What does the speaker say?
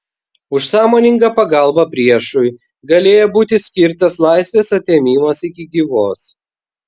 už sąmoningą pagalbą priešui galėjo būti skirtas laisvės atėmimas iki gyvos